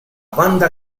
banda